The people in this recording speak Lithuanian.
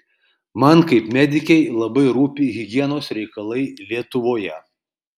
man kaip medikei labai rūpi higienos reikalai lietuvoje